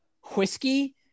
whiskey